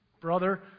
Brother